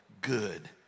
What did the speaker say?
good